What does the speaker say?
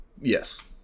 Yes